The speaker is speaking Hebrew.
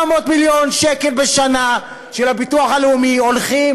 400 מיליון שקל בשנה של הביטוח הלאומי הולכים